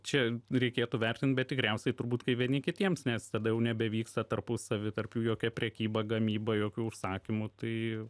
čia reikėtų vertint bet tikriausiai turbūt kai vieni kitiems nes tada jau nebevyksta tarpusavy tarp jų jokia prekyba gamyba jokių užsakymų tai